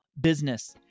business